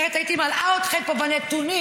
אחרת הייתי מלאה אתכם פה בנתונים,